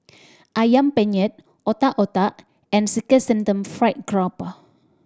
Ayam Penyet Otak Otak and Chrysanthemum Fried Grouper